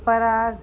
Parag